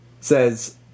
says